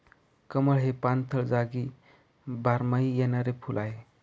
कमळ हे पाणथळ जागी बारमाही येणारे फुल आहे